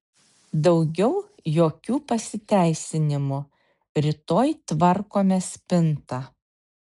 daugiau jokių pasiteisinimų rytoj tvarkome spintą